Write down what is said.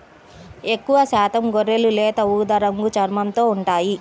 ఎక్కువశాతం గొర్రెలు లేత ఊదా రంగు చర్మంతో ఉంటాయి